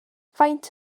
faint